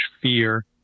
fear